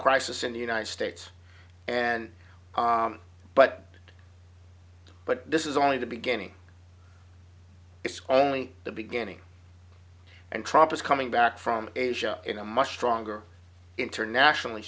crisis in the united states and but but this is only the beginning it's only the beginning and trumpets coming back from asia in a much stronger internationally